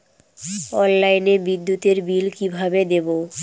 অনলাইনে বিদ্যুতের বিল কিভাবে দেব?